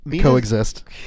Coexist